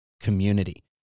community